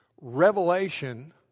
Revelation